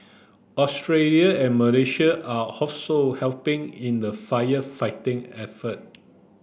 Australia and Malaysia are also helping in the firefighting effort